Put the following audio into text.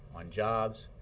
on jobs.